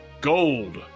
gold